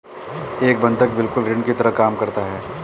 एक बंधक बिल्कुल ऋण की तरह काम करता है